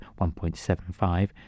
1.75